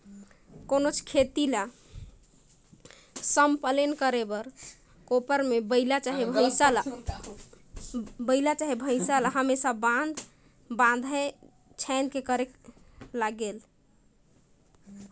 कोनोच खेत ल सम करे बर कोपर मे बइला भइसा ल हमेसा बाएध छाएद के करल जाथे